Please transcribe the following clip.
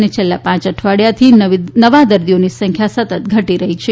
અને છેલ્લા પાંચ અઠવાડિયાથી નવા દર્દીઓની સંખ્યા સતત ઘટી રહી છે